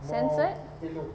censored